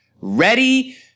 Ready